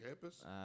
campus